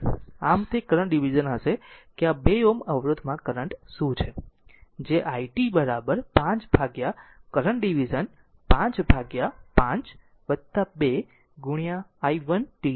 આમ તે current division હશે કે આ 2 Ω અવરોધ માં કરંટ શું છે જે i t 5 ભાગ્યા કરંટ ડીવીઝન 5 ભાગ્યા 5 2 i 1t છે